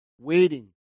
waiting